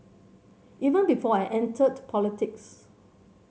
even before I entered politics